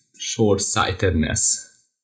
short-sightedness